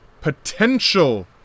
potential